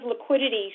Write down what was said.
liquidity